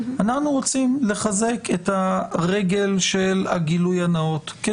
אנחנו רוצים לחזק את הרגל של הגילוי הנאות.